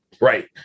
Right